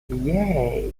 yay